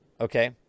okay